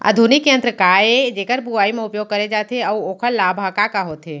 आधुनिक यंत्र का ए जेकर बुवाई म उपयोग करे जाथे अऊ ओखर लाभ ह का का होथे?